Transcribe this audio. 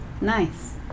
nice